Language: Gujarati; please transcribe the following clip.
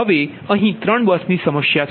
હવે અહીં 3 બસની સમસ્યા છે